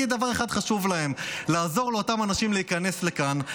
כי דבר אחד חשוב להם: לעזור לאותם אנשים להיכנס לכאן,